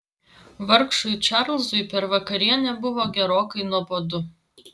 vargšui čarlzui per vakarienę buvo gerokai nuobodu